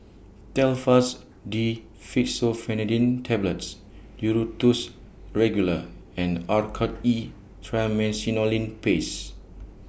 Telfast D Fexofenadine Tablets Duro Tuss Regular and Oracort E Triamcinolone Paste